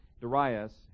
Darius